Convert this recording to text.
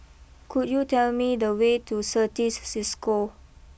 could you tell me the way to Certis Cisco